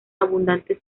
abundantes